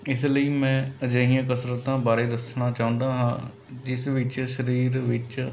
ਇਸ ਲਈ ਮੈਂ ਅਜਿਹੀਆਂ ਕਸਰਤਾਂ ਬਾਰੇ ਦੱਸਣਾ ਚਾਹੁੰਦਾ ਹਾਂ ਜਿਸ ਵਿੱਚ ਸਰੀਰ ਵਿੱਚ